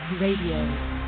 Radio